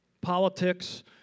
Politics